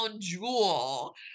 jewel